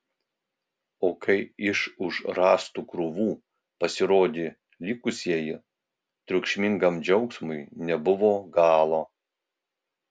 o kai iš už rąstų krūvų pasirodė likusieji triukšmingam džiaugsmui nebuvo galo